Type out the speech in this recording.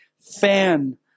fan